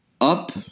up